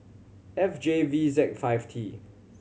F J V Z five T